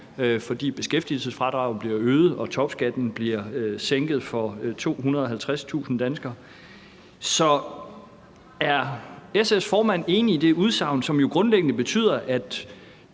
fordi beskæftigelsesfradraget bliver øget og topskatten blive sænket for 250.000 danskere. Så er SF's formand enig i det udsagn, som jo grundlæggende betyder,